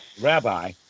rabbi